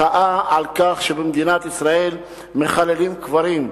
מחאה על כך שבמדינת ישראל מחללים קברים,